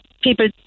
people